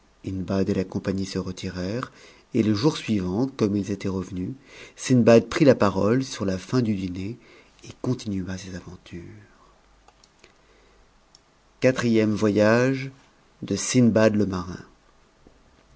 hindbad et la compagnie se retirèrent et le jour suivant comme ils étaient revenus sindbad prit a pat'oies la fin du dîner et continua ses aventures quatmëme voyage de sindbad